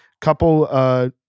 couple